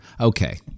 okay